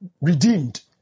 redeemed